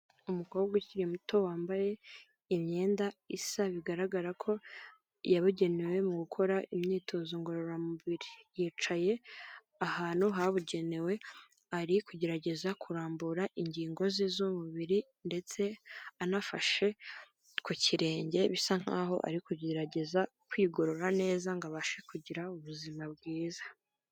Umukobwa ukiri muto wambaye imyenda isa bigaragara ko yabugenewe mu gukora imyitozo ngororamubiri, yicaye ahantu habugenewe ari kugerageza kurambura ingingo ze z'umubiri ndetse anafashe ku kirenge bisa nk'aho ari kugerageza kwigorora neza ngo abashe kugira ubuzima bwiza.